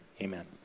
amen